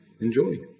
Enjoy